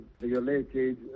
violated